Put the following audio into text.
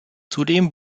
zudem